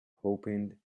hoping